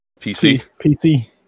PC